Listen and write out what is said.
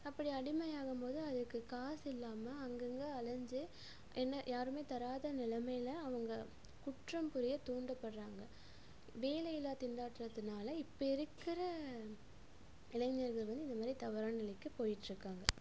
அப்படி அடிமையாகும் போது அதுக்கு காசு இல்லாமல் அங்கங்க அலஞ்சி என்ன யாரும் தராத நிலமையில அவங்க குற்றம் புரிய தூண்டப்படுறாங்க வேலை இல்லா திண்டாட்டத்தினால இப்போ இருக்கிற இளைஞர்கள் வந்து இந்த மாரி தவறான நிலைக்கி போயிட்ருக்காங்க